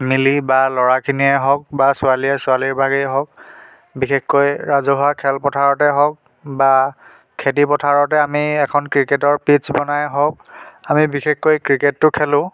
মিলি বা ল'ৰাখিনিয়ে হওক বা ছোৱালীয়ে ছোৱালীৰ ভাগেই হওক বিশেষকৈ ৰাজহুৱা খেলপথাৰতে হওক বা খেতিপথাৰতে আমি এখন ক্ৰিকেটৰ পিট্চ বনাই হওক আমি বিশেষকৈ ক্ৰিকেটটো খেলোঁ